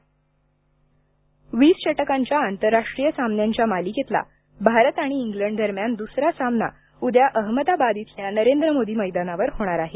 cricket वीस षटकांच्या आंतरराष्ट्रीय सामन्यांच्या मालिकेतला भारत आणि इंग्लंड दरम्यान दुसरा सामना उद्या अहमदाबाद इथल्या नरेंद्र मोदी मैदानावर होणार आहे